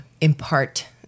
impart